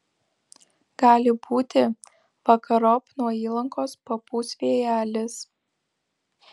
gali būti vakarop nuo įlankos papūs vėjelis